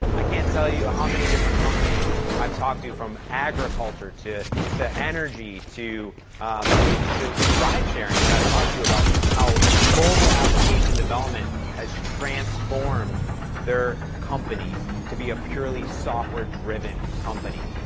i can't tell you how many different companies i've talked to, from agriculture, to to energy, to to to to ride sharing that i've talked to about how mobile application development has transformed their company to be a purely software-driven company.